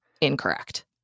incorrect